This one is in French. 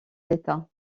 l’état